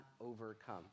overcome